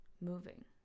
moving